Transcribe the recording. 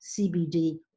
CBD